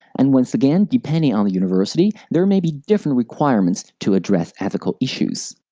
and once again, depending on the university, there may be different requirements to address ethical issues.